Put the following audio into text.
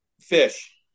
Fish